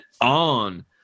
on